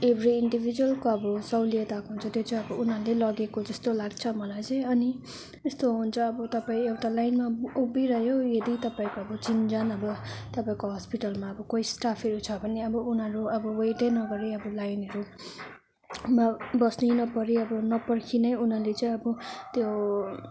every इन्डिभिजलको अब सहुलियत आएको हुन्छ त्यो चाहिँ अब उनीहरूले नै लागेको जस्तो लाग्छ मलाई चाहिँ अनि यस्तो हुन्छ अब तपाईँ एउटा लाइन उभिरह्यो यदि तपाईँहरूको चिनजान अब तपाईँहरूको हस्पिटलमा कोही स्टाफहरू छ भने अब उनीहरू वेटै नगरी अब लाइनहरूमा बस्नै नपरी अब नपर्खि नै उनीहरूले चाहिँ अब त्यो